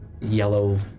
yellow